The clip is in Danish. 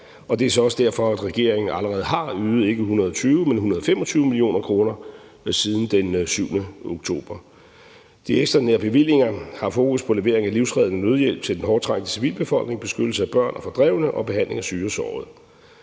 og det er så også derfor, at regeringen allerede har ydet ikke bare 120 mio., men 125 mio. kr., siden den 7. oktober. De ekstraordinære bevillinger har fokus på leveringen af livsreddende nødhjælp til den hårdttrængte civilbefolkning, beskyttelse af børn og fordrevne og behandling af syge og sårede.